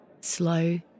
Slow